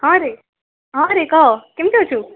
ହଁରେ ହଁରେ କହ କେମିତି ଅଛୁ